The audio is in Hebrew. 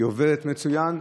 היא עובדת מצוין,